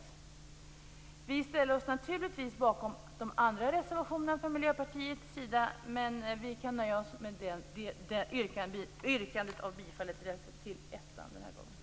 Vi ställer oss naturligtvis bakom de andra reservationerna från Miljöpartiet, men vi nöjer oss den här gången med yrkandet om bifall till reservation 1.